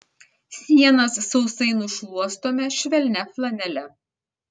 sienas sausai nušluostome švelnia flanele